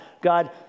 God